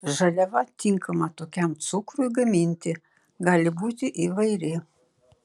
žaliava tinkama tokiam cukrui gaminti gali būti įvairi